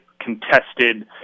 contested